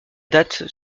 date